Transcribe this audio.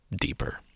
deeper